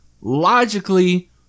logically